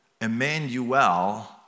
Emmanuel